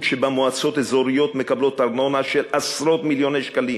שבה מועצות אזוריות מקבלות ארנונה של עשרות-מיליוני שקלים